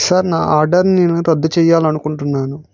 sir నా order నేను రద్దు చేయాలనుకుంటున్నాను